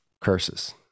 curses